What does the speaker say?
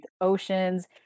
oceans